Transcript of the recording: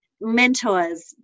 mentors